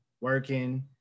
working